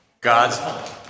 God's